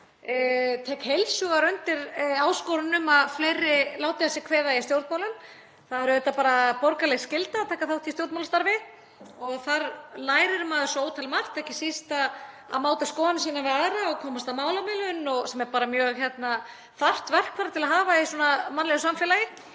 tek heils hugar undir áskorun um að fleiri láti að sér kveða í stjórnmálum. Það er auðvitað bara borgaraleg skylda að taka þátt í stjórnmálastarfi og þar lærir maður svo ótal margt, ekki síst að máta skoðanir sínar við aðra og komast að málamiðlun sem er bara mjög þarft verkfæri til að hafa í mannlegu samfélagi.